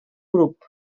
grup